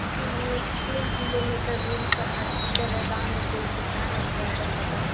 इसलिए तीन किलोमीटर दूरी पर हॉस्पिटल है गाँव में कोई सुविधा नहीं है अगल बगल